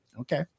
Okay